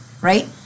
right